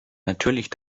natürlich